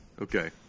Okay